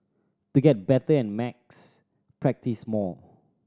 to get better at maths practise more